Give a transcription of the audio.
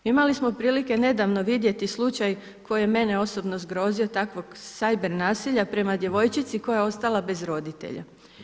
Imali smo prilike nedavno vidjeti slučaj koji je mene osobno zgrozio, takvog cyber nasilja prema djevojčici koja je ostala bez roditelja.